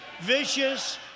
vicious